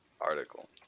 article